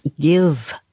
give